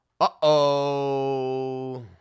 Uh-oh